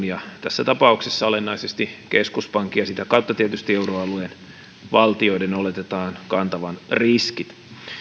ja tässä tapauksessa olennaisesti keskuspankin ja sitä kautta tietysti euroalueiden valtioiden oletetaan kantavan riskit